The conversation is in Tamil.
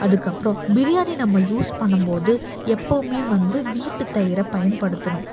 அதுக்கப்புறம் பிரியாணி நம்ம யூஸ் பண்ணும்போது எப்பவுமே வந்து வீட்டுத் தயிரை பயன்படுத்தணும்